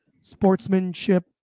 sportsmanship